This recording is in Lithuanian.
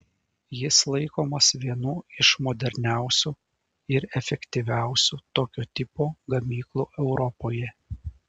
jis laikomas vienu iš moderniausių ir efektyviausių tokio tipo gamyklų europoje